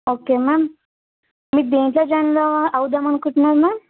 okay ma'am మీకు దేంట్లో join కా అవుదాం అనుకుంటున్నారు మ్యామ్